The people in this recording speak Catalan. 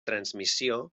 transmissió